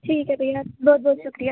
ठीक ऐ भैया बहुत बहुत शुक्रिया